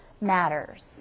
matters